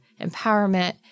empowerment